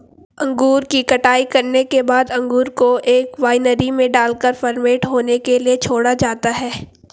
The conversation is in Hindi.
अंगूर की कटाई करने के बाद अंगूर को एक वायनरी में डालकर फर्मेंट होने के लिए छोड़ा जाता है